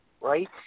right –